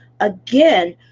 again